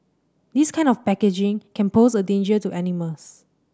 this kind of packaging can pose a danger to animals